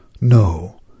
No